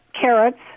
carrots